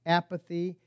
apathy